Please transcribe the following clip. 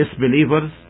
disbelievers